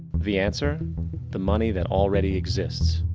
the answer the money that already exists.